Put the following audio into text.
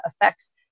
affects